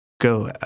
go